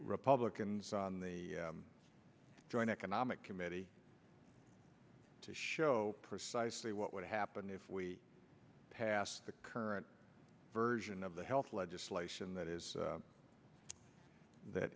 republicans on the joint economic committee to show precisely what would happen if we passed the current version of the health legislation that is that